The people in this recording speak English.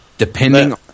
Depending